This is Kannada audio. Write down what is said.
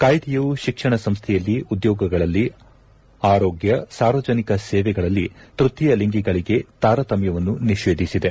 ಕಾಯಿದೆಯು ಶಿಕ್ಷಣ ಸಂಸ್ಥೆಯಲ್ಲಿ ಉದ್ಯೋಗಗಳಲ್ಲಿ ಆರೋಗ್ಯ ಸಾರ್ವಜನಿಕ ಸೇವೆಗಳಲ್ಲಿ ತೃತೀಯ ಲಿಂಗಿಗಳಗೆ ತಾರತಮ್ಯವನ್ನು ನಿಷೇಧಿಸಿದೆ